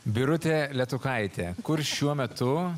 birutė letukaitė kur šiuo metu